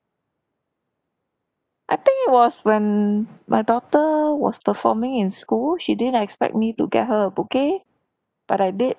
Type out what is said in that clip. I think it was when my daughter was performing in school she didn't expect me to get her a bouquet but I did